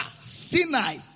Sinai